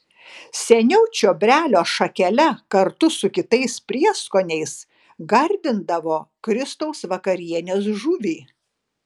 seniau čiobrelio šakele kartu su kitais prieskoniais gardindavo kristaus vakarienės žuvį